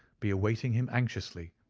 be awaiting him anxiously,